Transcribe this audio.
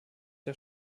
der